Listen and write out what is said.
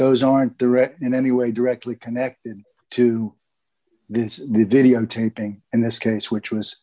those aren't direct in any way directly connected to this new videotaping in this case which was